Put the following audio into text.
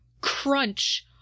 crunch